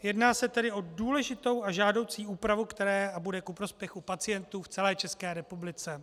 Jedná se tedy o důležitou a žádoucí úpravu, která bude ku prospěchu pacientů v celé České republice.